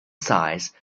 size